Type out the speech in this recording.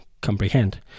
comprehend